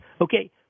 Okay